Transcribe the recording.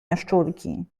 jaszczurki